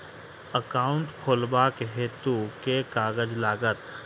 Account खोलाबक हेतु केँ कागज लागत?